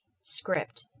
script